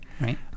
Right